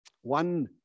One